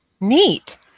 Neat